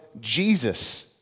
Jesus